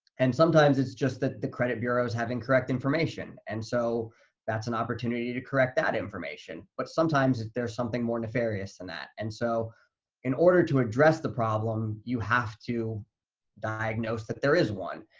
and sometimes it's just that the credit bureaus have incorrect information, and so that's an opportunity to correct that information, but sometimes there's something more nefarious than and that. and so in order to address the problem, you have to diagnose that there is one.